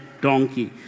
donkey